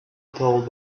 told